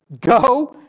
go